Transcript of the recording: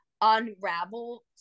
unravel